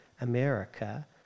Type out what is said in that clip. America